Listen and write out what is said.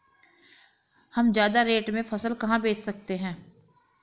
हम ज्यादा रेट में फसल कहाँ बेच सकते हैं?